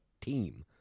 team